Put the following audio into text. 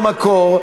במקור.